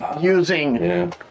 using